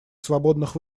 свободных